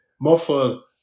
muffle